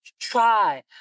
try